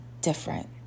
different